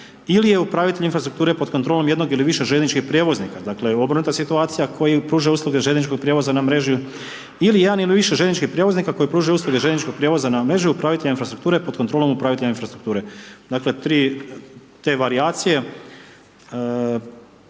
ili je upravitelj infrastrukture pod kontrolom jednog ili više željezničkog prijevoznika, dakle obrnuta situacija kojim im pruža željezničkog prijevoza na mreži ili jedan ili više željezničkih prijevoznika koji pruža usluge željezničkog prijevoza na mrežu upravitelja infrastrukture pod kontrolom upravitelja infrastrukture. Dakle 3 te varijacije,